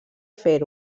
fer